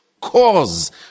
cause